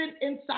inside